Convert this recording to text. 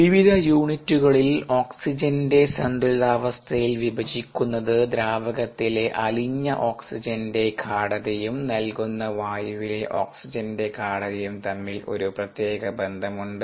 വിവിധ യൂണിറ്റുകളിൽ ഓക്സിജന്റെ സന്തുലിതാവസ്ഥയിൽ വിഭജിക്കുന്നത് ദ്രാവകത്തിലെ അലിഞ്ഞ ഓക്സിജന്റെ ഗാഢതയും നല്കുന്ന വായുവിലെ ഓക്സിജന്റെ ഗാഢതയും തമ്മിൽ ഒരു പ്രത്യേക ബന്ധമുണ്ട്